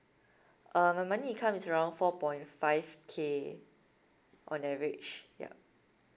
uh my monthly income is around four point five K on average yup